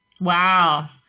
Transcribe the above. Wow